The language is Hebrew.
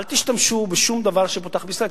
אל תשתמשו בשום דבר שפותח בישראל,